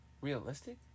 realistic